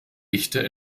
echte